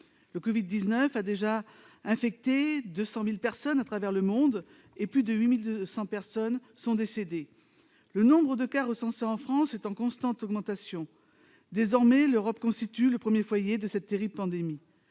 Le coronavirus a déjà infecté 200 000 personnes à travers le monde ; plus de 8 200 malades sont décédés. Le nombre de cas recensés en France est en constante augmentation. Désormais, l'Europe constitue le premier foyer de cette terrible pandémie.